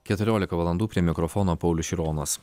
keturiolika valandų prie mikrofono paulius šironas